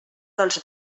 dels